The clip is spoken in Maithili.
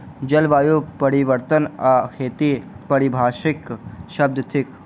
जलवायु परिवर्तन आ खेती पारिभाषिक शब्द थिक